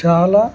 చాలా